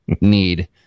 need